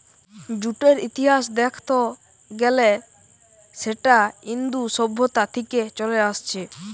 জুটের ইতিহাস দেখত গ্যালে সেটা ইন্দু সভ্যতা থিকে চলে আসছে